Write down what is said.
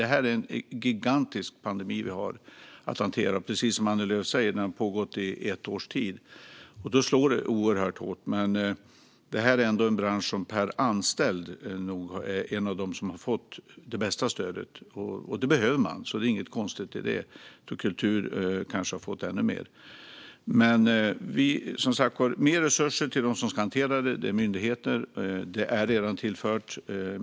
Det är en gigantisk pandemi vi har att hantera. Den har, precis som Annie Lööf säger, pågått i ett års tid. Då slår det oerhört hårt. Men detta är ändå en av de branscher som per anställd nog har fått det bästa stödet. Det behöver man, så det är inget konstigt med det. Kulturen kanske har fått ännu mer. Vi tillför som sagt mer resurser till de myndigheter som ska hantera detta - det har redan gjorts.